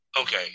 Okay